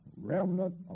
remnant